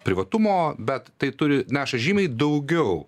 privatumo bet tai turi neša žymiai daugiau